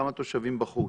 כמה בתושבים בחוץ.